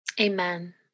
Amen